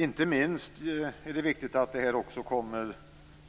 Det är inte minst viktigt att det också kommer